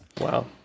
Wow